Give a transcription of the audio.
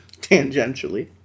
Tangentially